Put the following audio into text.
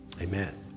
Amen